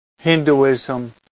Hinduism